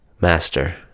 master